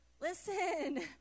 listen